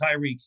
Tyreek